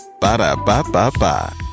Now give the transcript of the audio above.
Ba-da-ba-ba-ba